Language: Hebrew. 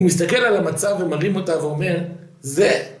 הוא מסתכל על המצב, ומרים אותה, ואומר, זה.